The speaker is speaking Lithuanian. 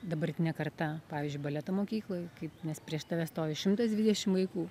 dabartine karta pavyzdžiui baleto mokykloj kaip nes prieš tave stovi šimtas dvidešim vaikų